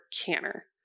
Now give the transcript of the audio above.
canner